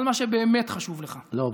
על מה שבאמת חשוב לך,